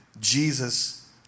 Jesus